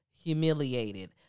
humiliated